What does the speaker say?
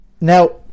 Now